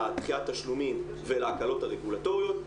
לדחיית תשלומים ולהקלות הרגולטוריות.